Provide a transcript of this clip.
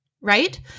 right